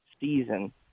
season